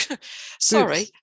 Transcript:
Sorry